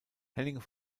henning